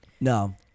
No